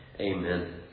Amen